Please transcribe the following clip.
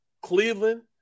Cleveland